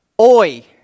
Oi